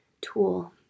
tool